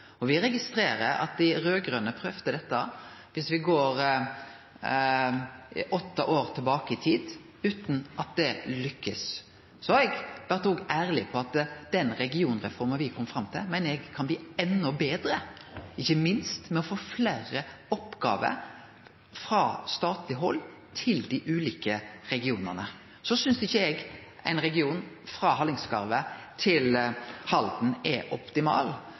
og me registrerer at dei raud-grøne prøvde dette – viss me går åtte år tilbake i tid – utan å lukkast. Eg har òg vore ærleg på at den regionreforma som me kom fram til, meiner eg kan bli enda betre, ikkje minst ved å få fleire oppgåver frå statleg hald til dei ulike regionane. Eg synest ikkje at ein region frå Hallingskarvet til Halden er optimal,